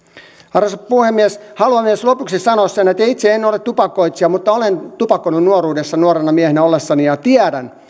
arvoisa puhemies haluan myös lopuksi sanoa sen että itse en ole tupakoitsija mutta olen tupakoinut nuoruudessani nuorena miehenä ollessani ja tiedän